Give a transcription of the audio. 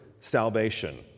salvation